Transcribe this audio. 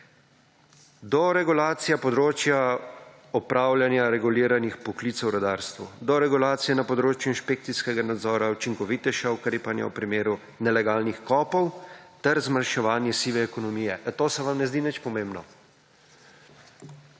do regulacija področja opravljanja reguliranih poklicev v rudarstvu, do regulacije na področju inšpekcijskega nadzora učinkovitejša ukrepanja v primeru nelegalnih kopov ter zmanjšanje sive ekonomije - ali so se vam ne zdi nič pomembno?